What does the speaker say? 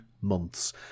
months